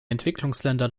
entwicklungsländer